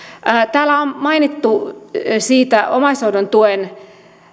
täällä on mainittu siitä omaishoidon tuen